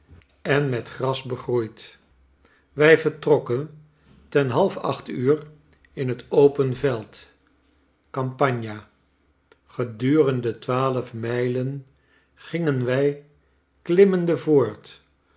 en met gras begroeid wij vertrokkentenhalfacht uur in het open veld campagna gedurende twaalf mijlen gingen wij klimmende voort